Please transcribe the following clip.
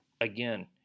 Again